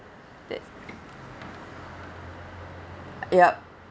that's yup